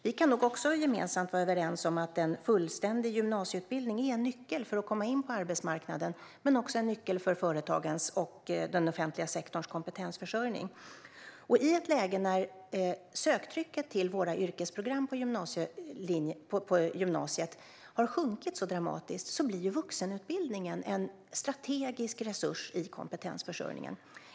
Vi kan nog vara överens om att en fullständig gymnasieutbildning är en nyckel för att man ska komma in på arbetsmarknaden och också en nyckel för företagens och den offentliga sektorns kompetensförsörjning. I ett läge när söktrycket på våra yrkesprogram på gymnasiet har sjunkit dramatiskt blir vuxenutbildningen en strategisk resurs i kompetensförsörjningen.